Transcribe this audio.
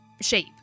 shape